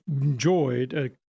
enjoyed